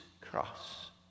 cross